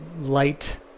light